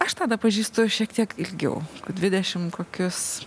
aš tadą pažįstu šiek tiek ilgiau dvidešim kokius